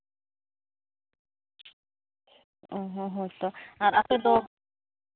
ᱚᱸᱻ ᱦᱚᱸᱻ ᱦᱮᱸᱛᱚ ᱟᱨ ᱟᱯᱮ ᱫᱚ